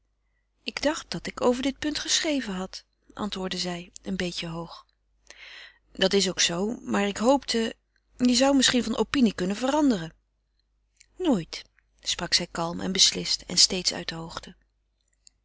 ik dacht dat ik over dit punt geschreven had antwoordde zij een beetje hoog dat is ook zoo maar ik hoopte je zou misschien van opinie kunnen veranderen nooit sprak zij kalm en beslist en steeds uit de hoogte